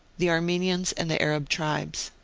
the armenians and the arab tribes.